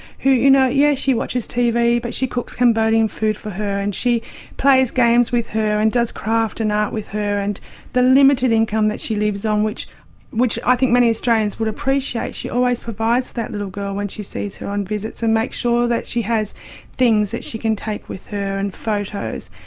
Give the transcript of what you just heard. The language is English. who, you know, yeah, she watches tv, but she cooks cambodian food for her and she plays games with her and does craft and art with her, and the limited income that she lives on, which which i think many australians would appreciate, she always provides for that little girl when she sees her on visits, and makes sure that she has things that she can take with her, and photos.